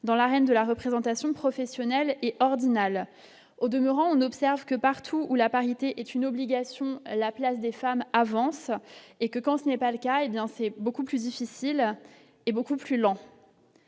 dans l'arène de la représentation professionnelle ordinale, au demeurant, on observe que partout où la parité est une obligation, la place des femmes avancent et que quand ce n'est pas le cas, hé bien c'est beaucoup plus difficile et beaucoup plus lent.